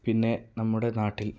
പിന്നെ നമ്മുടെ നാട്ടിൽ